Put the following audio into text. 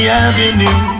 avenue